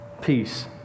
peace